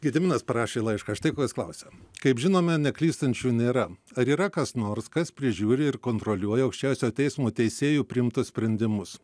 gediminas parašė laišką štai ko jis klausia kaip žinome neklystančių nėra ar yra kas nors kas prižiūri ir kontroliuoja aukščiausiojo teismo teisėjų priimtus sprendimus